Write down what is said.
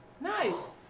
Nice